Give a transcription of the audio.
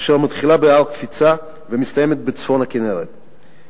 אשר מתחילה בהר הקפיצה ומסתיימת בצפון הכינרת,